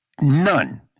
none